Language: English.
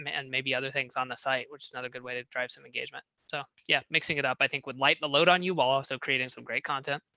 um and maybe other things on the site, which is another good way to drive some engagement. so yeah, mixing it up, i think would lighten the load on you also creating some great content.